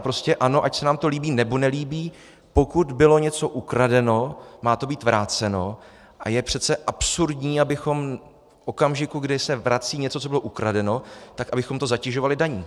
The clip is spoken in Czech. Prostě ano, ať se nám to líbí, nebo nelíbí, pokud bylo něco ukradeno, má to být vráceno, a je přece absurdní, abychom v okamžiku, kdy se vrací něco, co bylo ukradeno, abychom to zatěžovali daní.